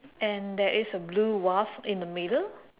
and there is a blue vase in the middle